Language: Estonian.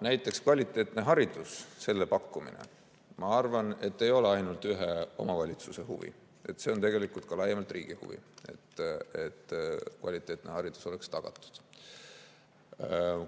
Näiteks kvaliteetne haridus. Selle pakkumine, ma arvan, ei ole ainult ühe omavalitsuse huvi, see on tegelikult ka laiemalt riigi huvi, et kvaliteetne haridus oleks tagatud.